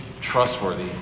trustworthy